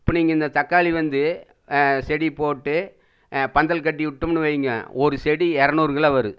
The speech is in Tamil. இப்போ நீங்கள் இந்த தக்காளி வந்து செடி போட்டு பந்தல் கட்டி விட்டோம்னு வையுங்க ஒரு செடி இறநூறு கிலோ வரும்